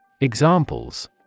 Examples